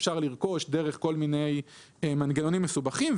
אפשר לרכוש דרך כול מיני מנגנונים מסובכים,